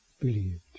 believed